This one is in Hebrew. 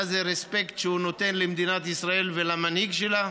מה זה ריספקט שהוא נותן למדינת ישראל ולמנהיג שלה,